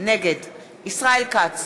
נגד ישראל כץ,